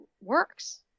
works